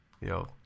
Yo